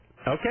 Okay